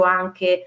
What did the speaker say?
anche